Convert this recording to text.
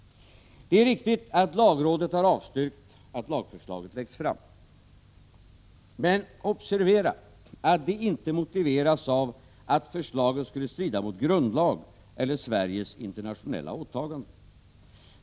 Det är riktigt att lagrådet har avstyrkt att lagförslaget läggs fram. Men observera att det inte motiveras av att förslaget skulle strida mot grundlagen eller Sveriges internationella åtaganden.